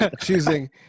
choosing